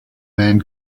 man